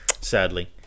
Sadly